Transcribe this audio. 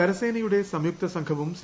കരസേനയുടെ സംയുക്ത സംഘവും സി